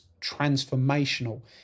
transformational